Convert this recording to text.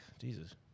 Jesus